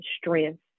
strength